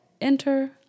Enter